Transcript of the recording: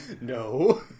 No